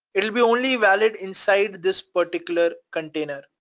it'll be only valid inside this particular container.